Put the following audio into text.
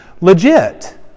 legit